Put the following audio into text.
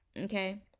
Okay